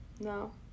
No